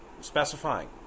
specifying